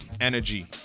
Energy